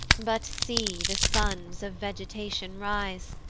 but see the sons of vegetation rise,